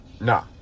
Nah